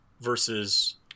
versus